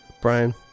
Brian